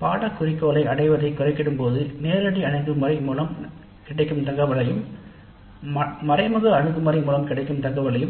பாடத்திட்டத்தில் குறிக்கோளை கணக்கிடும்போது நேரடி அணுகுமுறை மற்றும் எக்ஸிட் சர்வே போன்ற மறைமுக அணுகுமுறை 9010 என்ற விகிதத்தில் இருக்கலாம்